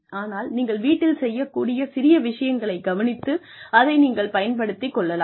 ஆனால் நீங்கள் வீட்டில் செய்யக்கூடிய சிறிய விஷயங்களைக் கவனித்து அதை நீங்கள் பயன்படுத்திக் கொள்ளலாம்